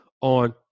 on